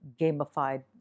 gamified